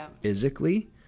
physically